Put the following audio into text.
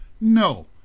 No